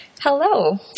Hello